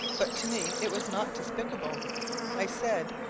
but to me it was not despicable i said,